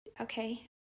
Okay